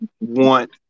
want